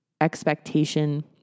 expectation